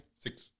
six